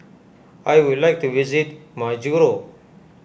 I would like to visit Majuro